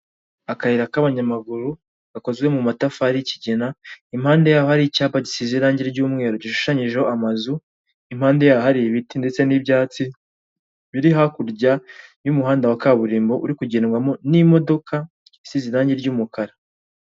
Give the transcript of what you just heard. Akayira k'abanyamaguru gakozwe mu matafari y'ikigina, impande y'aho ari icyapa gisize irangi ry'mweru gishushanyijeho amazu, impande yaho hari ibiti ndetse n'ibyatsi biri hakurya y'umuhanda wa kaburimbo, uri kugendwamo n'imodoka isize irangi ry'umukara.